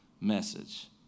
message